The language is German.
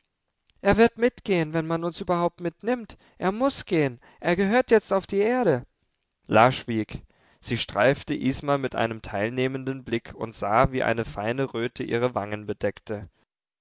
er wird mitgehen wenn man uns überhaupt mitnimmt er muß gehen er gehört jetzt auf die erde la schwieg sie streifte isma mit einem teilnehmenden blick und sah wie eine feine röte ihre wangen bedeckte